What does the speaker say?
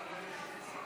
תוקף),